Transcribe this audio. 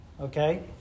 okay